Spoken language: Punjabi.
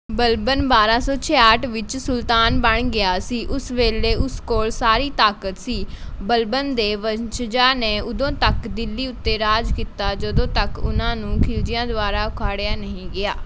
ਬਲਬਨ ਬਾਰ੍ਹਾਂ ਸੌ ਛਿਆਹਠ ਵਿੱਚ ਸੁਲਤਾਨ ਬਣ ਗਿਆ ਸੀ ਉਸ ਵੇਲੇ ਉਸ ਕੋਲ਼ ਸਾਰੀ ਤਾਕਤ ਸੀ ਬਲਬਨ ਦੇ ਵੰਸ਼ਜਾਂ ਨੇ ਉਦੋਂ ਤੱਕ ਦਿੱਲੀ ਉੱਤੇ ਰਾਜ ਕੀਤਾ ਜਦੋਂ ਤੱਕ ਉਨ੍ਹਾਂ ਨੂੰ ਖਿਲਜੀਆਂ ਦੁਆਰਾ ਉਖਾੜਿਆ ਨਹੀਂ ਗਿਆ